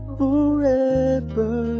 forever